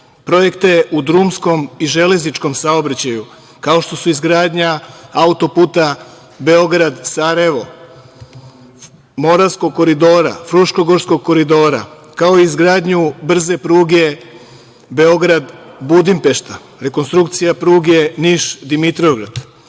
projekte u drumskom i železničkom saobraćaju, kao što su izgradnja auto-puta Beograd-Sarajevo, Moravskog koridora, Fruškogorskog koridora, kao i izgradnju brze pruge Beograd-Budimpešta, rekonstrukcija pruge Niš-Dimitrovgrad. Danas